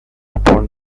upon